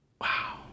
Wow